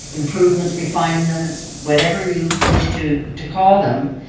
improvements, refinements, whatever you wish to to call them,